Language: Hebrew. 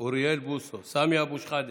אוריאל בוסו, סמי אבו שחאדה,